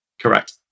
Correct